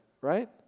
Right